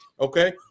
Okay